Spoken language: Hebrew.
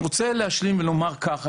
אני רוצה להשלים ולומר ככה,